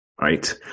right